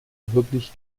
wirklich